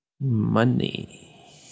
money